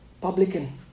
publican